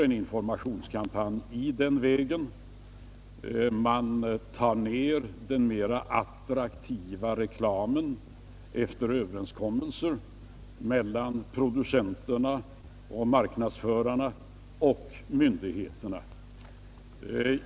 Den mera attraktiva tobaksreklamen avlägsnas efter överenskommelser mellan producenterna, marknadsförarna och myndigheterna.